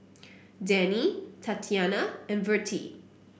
Denny Tatyanna and Vertie